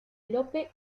lope